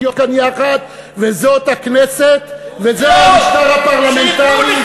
כאן יחד וזאת הכנסת וזה המשטר הפרלמנטרי,